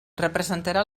representarà